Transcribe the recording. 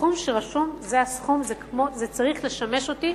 הסכום שרשום צריך לשמש אותי